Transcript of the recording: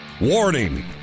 Warning